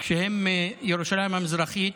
הם מירושלים המזרחית,